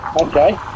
Okay